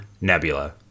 Nebula